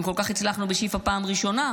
אם כל כך הצלחנו בשיפא פעם ראשונה,